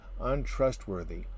untrustworthy